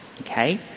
okay